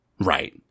Right